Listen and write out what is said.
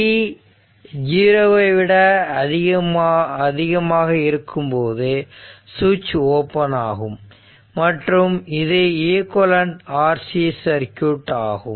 t 0 எனும்போது சுவிட்ச் open ஆகும் மற்றும் இது ஈக்விவலெண்ட் RC சர்க்யூட் ஆகும்